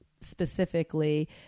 specifically